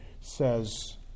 says